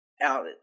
out